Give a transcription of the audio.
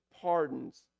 pardons